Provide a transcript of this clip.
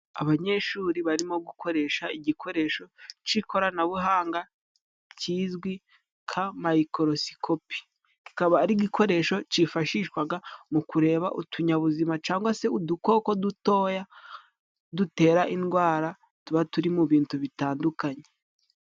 Abanyeshuri barimo gukoresha igikoresho c'ikoranabuhanga kizwi nka mikorosikopi, kikaba ari igikoresho cyifashishwaga mu kureba utunyabuzima cangwa se udukoko dutoya dutera indwara, tuba turi mu bintu bitandukanye.